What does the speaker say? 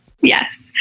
Yes